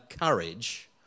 courage